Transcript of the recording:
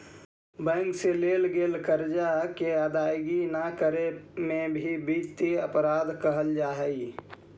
bank से लेल गेल कर्जा के अदायगी न करे में भी वित्तीय अपराध कहल जा हई